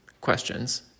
questions